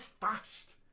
fast